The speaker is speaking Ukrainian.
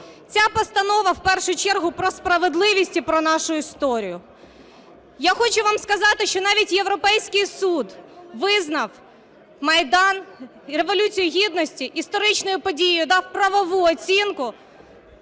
Ця постанова в першу чергу про справедливість і по нашу історію. Я хочу вам сказати, що навіть Європейський суд визнав Майдан і Революцію Гідності історичною подією, дав правову оцінку